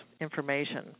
information